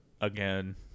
again